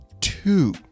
two